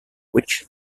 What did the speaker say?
which